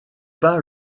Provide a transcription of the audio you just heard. pas